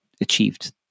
achieved